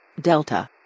Delta